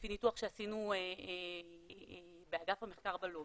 לפי ניתוח שעשינו באגף המחקר בלובי,